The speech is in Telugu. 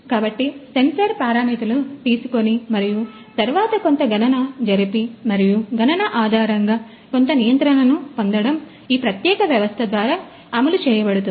కాబట్టి సెన్సార్ పారామితులు తీసుకొని మరియు తరువాత కొంత గణన జరిపి మరియు గణన ఆధారంగా కొంత నియంత్రణను పొందడం ఈ ప్రత్యేక వ్యవస్థ ద్వారా అమలు చేయబడుతుంది